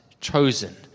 chosen